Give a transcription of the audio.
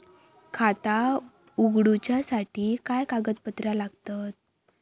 खाता उगडूच्यासाठी काय कागदपत्रा लागतत?